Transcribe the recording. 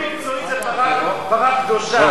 לא כל מקצועי זה פרה קדושה.